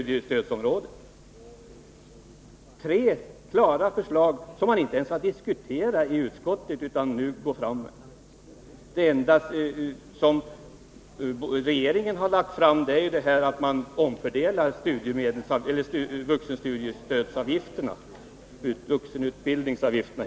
Vi har framfört tre klara förslag, som man inte ens har diskuterat i utskottet. Det enda förslag som regeringen lagt fram gäller omfördelningen av vuxenutbildningsavgifterna.